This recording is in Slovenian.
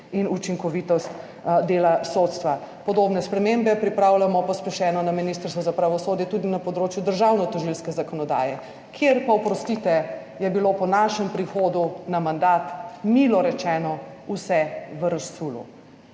in učinkovitost dela sodstva. Podobne spremembe pripravljamo pospešeno na Ministrstvu za pravosodje tudi na področju državno tožilske zakonodaje, kjer pa, oprostite, je bilo po našem prihodu na mandat, milo rečeno, vse v razsulu.